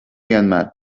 vienmēr